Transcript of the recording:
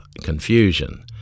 confusion